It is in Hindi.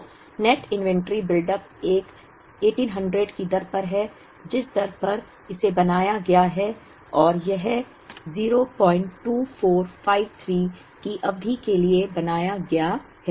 तो नेट इन्वेंट्री बिल्डअप एक 1800 की दर पर है जिस दर पर इसे बनाया गया है और यह 02453 की अवधि के लिए बनाया गया है